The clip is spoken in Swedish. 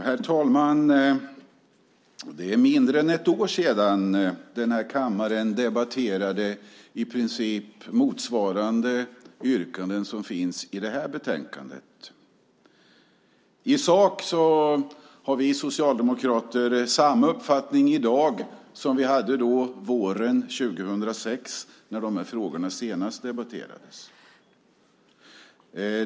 Herr talman! Det är mindre än ett år sedan kammaren debatterade yrkanden som i princip motsvarar dem vi har i detta betänkande. I sak har vi socialdemokrater samma uppfattning i dag som vi hade våren 2006, när frågorna senast debatterades.